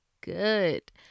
good